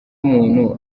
umuntu